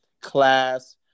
Class